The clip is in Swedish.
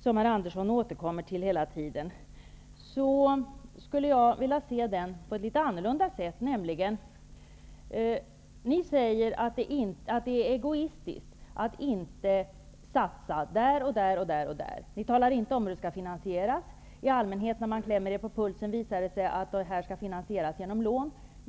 som herr Andersson återkommer till hela tiden, skulle jag vilja se på ett litet annorlunda sätt. Ni säger att det är egoistiskt att inte satsa där och där. Ni talar inte om hur det skall finansieras. När man klämmer er på pulsen, visar det sig i allmänhet att det skall finansieras genom lån.